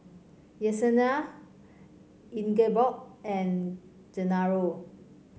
Yessenia Ingeborg and Genaro